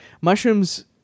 mushrooms